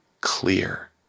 clear